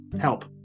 help